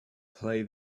play